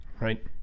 Right